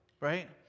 Right